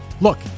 Look